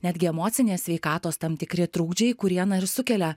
netgi emocinės sveikatos tam tikri trukdžiai kurie na ir sukelia